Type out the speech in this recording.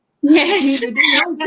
yes